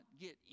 get